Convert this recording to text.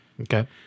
Okay